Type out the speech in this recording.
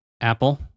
Apple